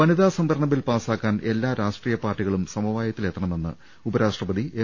വനിതാസംവരണ bill പാസ്സാക്കാൻ എല്ലാ രാഷ്ട്രീയ കക്ഷി കളും സമവായത്തിലെത്തണമെന്ന് ഉപരാഷ്ട്രപതി എം